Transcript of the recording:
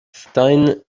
stein